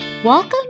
Welcome